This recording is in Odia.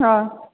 ହଁ